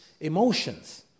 emotions